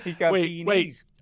wait